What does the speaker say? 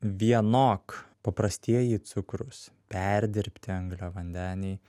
vienok paprastieji cukrūs perdirbti angliavandeniai